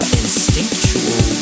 instinctual